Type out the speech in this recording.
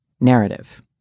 narrative